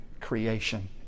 creation